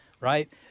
right